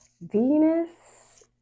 Venus